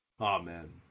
Amen